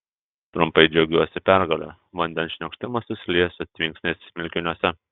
trumpai džiaugiuosi pergale vandens šniokštimas susilieja su tvinksniais smilkiniuose